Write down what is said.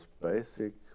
basic